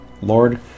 lord